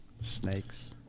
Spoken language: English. snakes